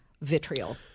vitriol